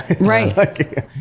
right